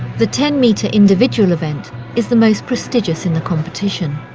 the ten metre individual event is the most prestigious in the competition.